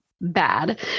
bad